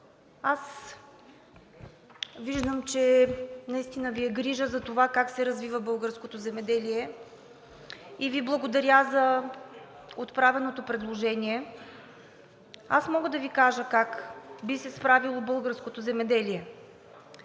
аз виждам, че наистина Ви е грижа за това как се развива българското земеделие и Ви благодаря за отправеното предложение. Аз мога да Ви кажа как би се справило българското земеделие.